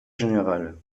général